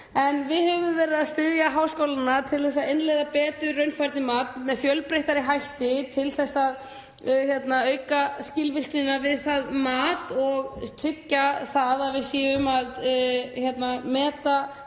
Við höfum verið að styðja háskólana til að innleiða betur raunfærnimat með fjölbreyttari hætti til að auka skilvirknina við það mat og tryggja að við séum að meta